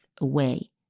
away